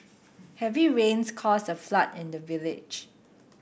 heavy rains caused a flood in the village